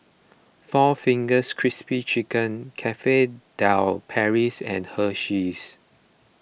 four Fingers Crispy Chicken Cafe De Paris and Hersheys